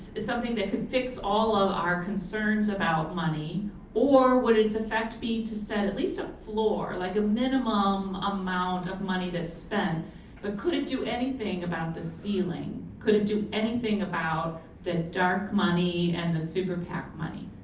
something that could fix all of our concerns about money or what its effects be, to set at least a floor, like a minimum amount of money that's spent but could it do anything about the ceiling, could it do anything about the dark money, and the super pac money?